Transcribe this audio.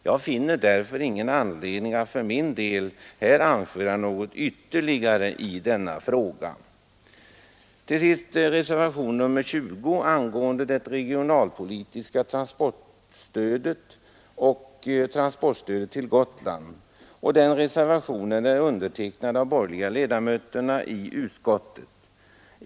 Jag finner därför ingen anledning att för min del här anföra något ytterligare i denna fråga. Reservationen nr 20 angående det regionalpolitiska transportstödet och transportstödet till Gotland är undertecknad av de borgerliga ledamöterna i utskottet.